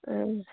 आं